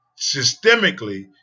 systemically